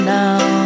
now